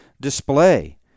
display